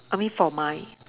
I mean for my